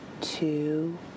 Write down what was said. two